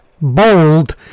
bold